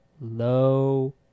low